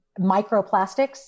microplastics